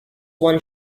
one